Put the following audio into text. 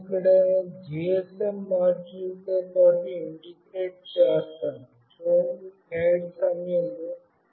నేను ఇక్కడ GSM మాడ్యూల్తో పాటు ఇంటిగ్రేట్ చేస్తాను